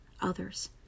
others